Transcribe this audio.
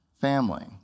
family